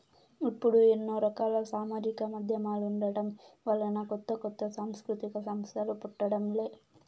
ఇప్పుడు ఎన్నో రకాల సామాజిక మాధ్యమాలుండటం వలన కొత్త కొత్త సాంస్కృతిక సంస్థలు పుట్టడం లే